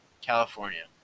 California